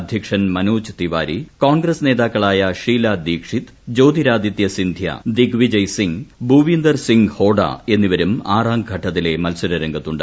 അധ്യക്ഷൻ മനോജ് തിവാരി കോൺഗ്രസ് നേതാക്കളായ ഷീല ദീക്ഷിത് ജ്യോതിരാദിത്യ സിന്ധ്യ ദിഗ്വിജയ് സിംഗ് ഭൂവിന്ദർ സിങ് ഹോഡ എന്നിവരും ആറാംഘട്ടത്തിലെ മത്സരരംഗത്തുണ്ട്